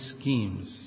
schemes